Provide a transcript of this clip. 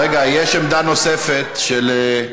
רגע, יש עמדה נוספת של,